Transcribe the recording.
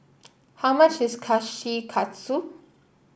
how much is Kushikatsu